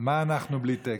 מה, אנחנו בלי טקסט?